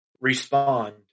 respond